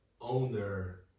owner